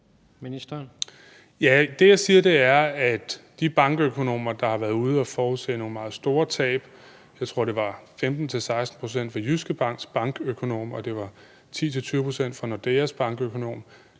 Det, jeg siger, er, at de bankøkonomer, der har været ude at forudse nogle meget store tab – jeg tror, at Jyske Banks økonom sagde 15-16 pct., og at Nordeas bankøkonom